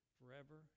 forever